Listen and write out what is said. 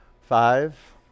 Five